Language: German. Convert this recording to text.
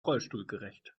rollstuhlgerecht